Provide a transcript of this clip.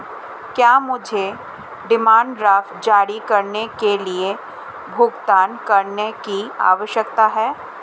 क्या मुझे demand draft जारी करने के लिए भुगतान करने की आवश्यकता है?